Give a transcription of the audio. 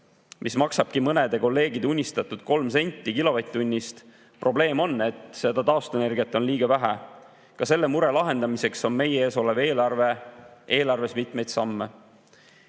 mis maksabki mõnede kolleegide unistatud 3 senti kilovatt-tunnist. Probleem on, et seda taastuvenergiat on liiga vähe. Ka selle mure lahendamiseks on meie ees olevas eelarves mitmeid samme. Palun